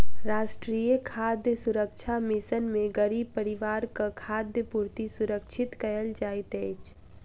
राष्ट्रीय खाद्य सुरक्षा मिशन में गरीब परिवारक खाद्य पूर्ति सुरक्षित कयल जाइत अछि